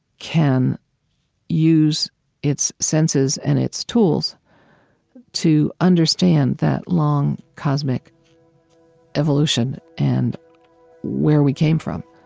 can use its senses and its tools to understand that long, cosmic evolution and where we came from.